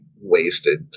wasted